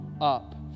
up